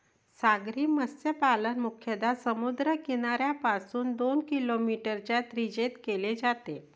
सागरी मत्स्यपालन मुख्यतः समुद्र किनाऱ्यापासून दोन किलोमीटरच्या त्रिज्येत केले जाते